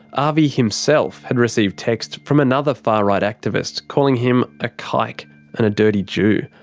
avi himself, had received texts from another far-right activist calling him a kike and a dirty jew.